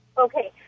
Okay